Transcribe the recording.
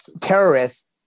terrorists